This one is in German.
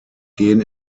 gehen